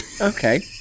Okay